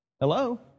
Hello